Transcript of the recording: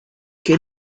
que